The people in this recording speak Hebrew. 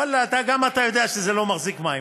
גם אתה יודע שזה לא מחזיק מים.